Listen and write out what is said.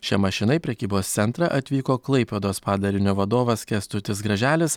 šia mašina į prekybos centrą atvyko klaipėdos padalinio vadovas kęstutis graželis